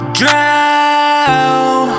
drown